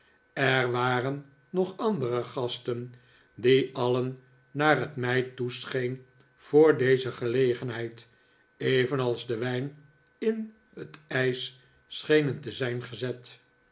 er waren nog andere gasten die alien naar het mij toescheen voor deze gelegenheid evenals de wijn in het ijs schenen te zijn gezet